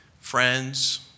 friends